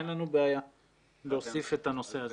אין לנו בעיה להוסיף את הנושא הזה.